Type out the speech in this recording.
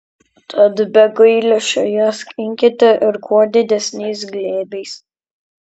tad be gailesčio ją skinkite ir kuo didesniais glėbiais